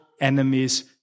enemies